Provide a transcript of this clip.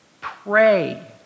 pray